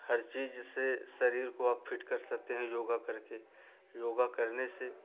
हर चीज से शरीर को आप फिट कर सकते हैं योग करके योग करने से